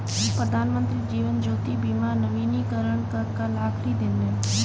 प्रधानमंत्री जीवन ज्योति बीमा नवीनीकरण का कल आखिरी दिन है